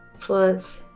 Plus